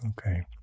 Okay